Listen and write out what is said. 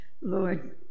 Lord